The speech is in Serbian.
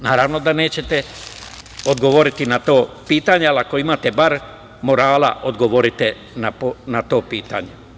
Naravno, da nećete odgovoriti na to pitanje, ali ako imate bar morala odgovorite na to pitanje.